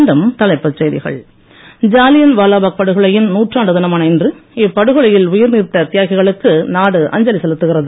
மீண்டும் தலைப்புச் செய்திகள் ஜாலியன் வாலாபாக் படுகொலையின் நூற்றாண்டு தினமான இன்று இப்படுகொலையில் உயிர்நீத்த தியாகிகளுக்கு நாடு அஞ்சலி செலுத்துகிறது